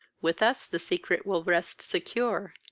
with us the secret will rest secure,